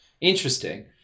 Interesting